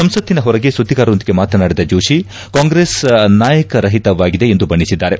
ಸಂಸತ್ತಿನ ಹೊರಗೆ ಸುದ್ದಿಗಾರರೊಂದಿಗೆ ಮಾತನಾಡಿದ ಜೋಶಿ ಕಾಂಗ್ರೆಸ್ ನಾಯಕ ರಹಿತವಾಗಿದೆ ಎಂದು ಬಣ್ಣಿಸಿದ್ದಾರೆ